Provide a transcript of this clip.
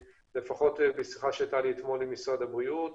ובשיחה שהייתה לי אתמול עם משרד הבריאות,